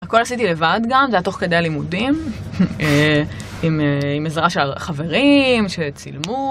הכל עשיתי לבד גם, זה היה תוך כדי הלימודים. עם עזרה של חברים, שצילמו.